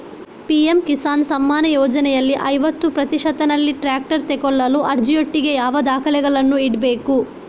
PM Kisan Samman ಯೋಜನೆಯಲ್ಲಿ ಐವತ್ತು ಪ್ರತಿಶತನಲ್ಲಿ ಟ್ರ್ಯಾಕ್ಟರ್ ತೆಕೊಳ್ಳಲು ಅರ್ಜಿಯೊಟ್ಟಿಗೆ ಯಾವ ದಾಖಲೆಗಳನ್ನು ಇಡ್ಬೇಕು?